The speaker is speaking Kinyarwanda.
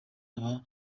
aba